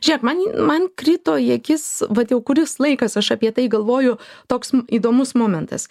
žėk man man krito į akis vat jau kuris laikas aš apie tai galvoju toks įdomus momentas